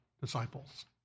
disciples